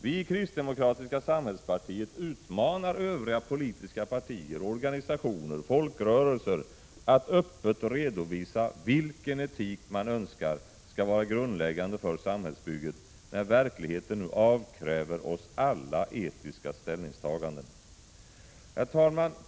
Vi i kristdemokratiska samhällspartiet utmanar övriga politiska partier, organisationer och folkrörelser att öppet redovisa vilken etik man önskar skall vara grundläggande för samhällsbygget, när verkligheten nu avkräver oss alla etiska ställningstaganden. Herr talman!